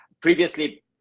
previously